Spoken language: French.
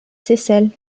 seyssel